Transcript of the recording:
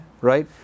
right